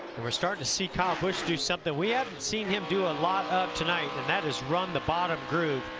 we are starting to see kyle busch do something that we haven't seen him do a lot of tonight, and that is run the bottom through.